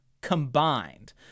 combined